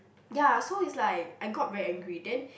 ya so it's like I got very angry then